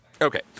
Okay